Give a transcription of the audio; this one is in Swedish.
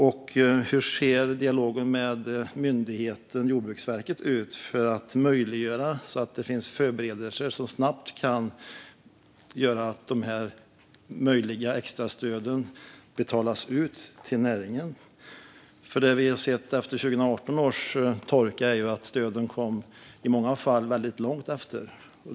Och hur ser dialogen ut med myndigheten Jordbruksverket för att möjliggöra förberedelser så att dessa möjliga extrastöd betalas ut till näringen? Det som vi såg efter 2018 års torka är att stöden i många fall kom väldigt långt efteråt.